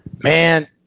Man